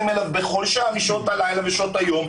אליו בכל שעה משעות בלילה ושעות היום,